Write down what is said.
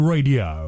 Radio